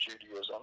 Judaism